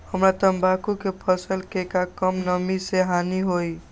हमरा तंबाकू के फसल के का कम नमी से हानि होई?